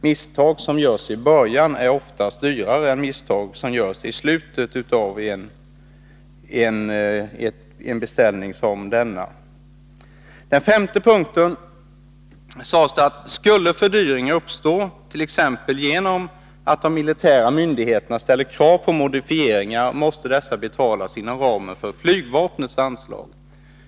Misstag som görs i början är oftast dyrare än misstag som görs i slutet av en beställning som denna. I den femte punkten sades, att skulle fördyringar uppstå, t.ex. genom att de militära myndigheterna ställer krav på modifieringar, måste kostnaderna betalas inom ramen för flygvapnets anslag.